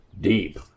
Deep